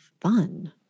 fun